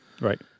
Right